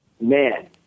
man